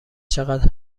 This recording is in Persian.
چقدر